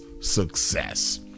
success